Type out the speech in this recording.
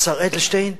השר אדלשטיין,